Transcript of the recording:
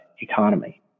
economy